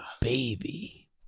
baby